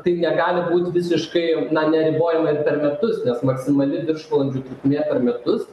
tai negali būt visiškai na neribojimai per metus nes maksimali viršvalandžių trukmė per metus